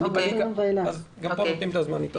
גם פה נותנים את הזמני.